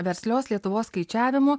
verslios lietuvos skaičiavimu